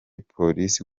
polisi